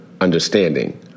understanding